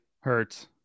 hurts